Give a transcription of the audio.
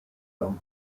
room